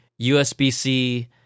USB-C